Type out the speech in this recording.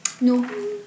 No